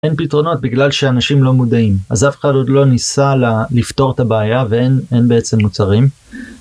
אין פתרונות בגלל שאנשים לא מודעים אז אף אחד עוד לא ניסה לפתור את הבעיה ואין בעצם מוצרים.